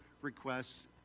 requests